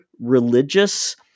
religious